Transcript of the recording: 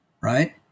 Right